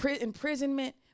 imprisonment